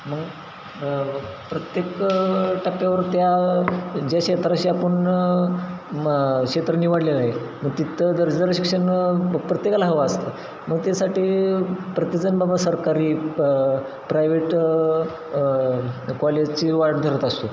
मग प्रत्येक टप्प्यावर त्या ज्या क्षेत्राशी आपण म क्षेत्र निवडलेले आहे मग तिथं दर्जेदार शिक्षण प्रत्येकाला हवं असतं मग त्यासाठी प्रत्येकजण बाबा सरकारी प्रायवेट कॉलेजची वाट धरत असतो